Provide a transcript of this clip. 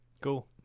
cool